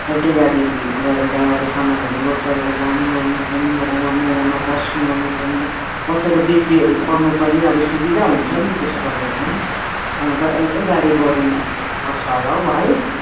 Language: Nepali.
एउटै गाडी गरेर अब सामानहरू लोड गरेर लानु ओर्नु पनि अब वहाँ मेलामा बस्नु ओर्नु पनि बसेर बिक्रीहरू गर्नु पनि अब सुविधा हुन्छ नि त त्यसो गर्यो भने ए एउटै गाडी गरौँ पर्छ होला हौ है